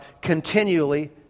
continually